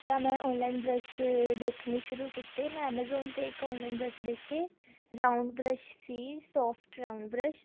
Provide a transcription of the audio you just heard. ਤਾਂ ਮੈਂ online brush ਦੇਖਣੇ ਸ਼ੁਰੂ ਕੀਤੇ ਮੈਂ ਐਮਾਜ਼ੋਨ 'ਤੇ ਇੱਕ ਔਨਲਾਈਨ ਬਰੱਸ਼ ਦੇਖੇ ਰਾਊਂਡ ਬਰੱਸ਼ ਸੀ ਸੋਫਟ ਰਾਊਂਡ ਬਰੱਸ਼